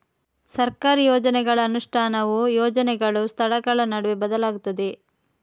ಸರ್ಕಾರಿ ಯೋಜನೆಗಳ ಅನುಷ್ಠಾನವು ಯೋಜನೆಗಳು, ಸ್ಥಳಗಳ ನಡುವೆ ಬದಲಾಗುತ್ತದೆ